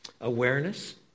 awareness